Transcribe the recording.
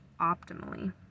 optimally